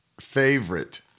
favorite